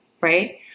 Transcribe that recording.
right